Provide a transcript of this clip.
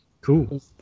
Cool